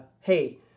hey